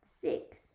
Six